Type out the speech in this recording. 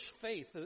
faith